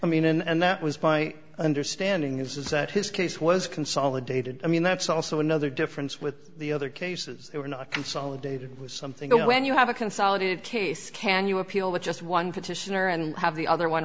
mean and that was my understanding is that his case was consolidated i mean that's also another difference with the other cases they were not consolidated with something when you have a consolidated case can you appeal with just one petitioner and have the other one